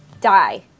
die